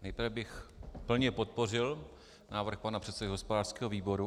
Nejprve bych plně podpořil návrh pana předsedy hospodářského výboru.